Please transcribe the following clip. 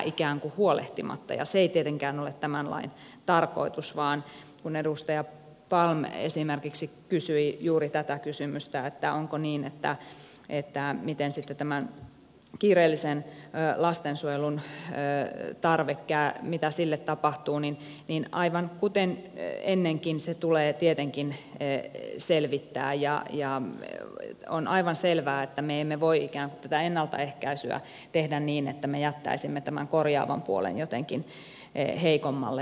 se ei tietenkään ole tämän lain tarkoitus vaan kun edustaja palm esimerkiksi kysyi juuri tätä kysymystä että onko niin että tietää miten sitten on tämän kiireellisen lastensuojelun tarve mitä sille tapahtuu niin aivan kuten ennenkin se tulee tietenkin selvittää ja on aivan selvää että me emme voi ikään kuin tätä ennaltaehkäisyä tehdä niin että me jättäisimme tämän korjaavan puolen jotenkin heikommalle